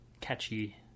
catchy